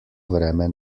vreme